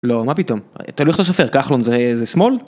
לא, מה פתאום, תלוי איך אתה סופר. כחלון זה זה שמאל?